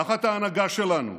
תחת ההנהגה שלנו,